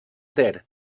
ter